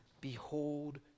Behold